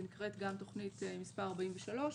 והיא נקראת גם תוכנית מספר 43,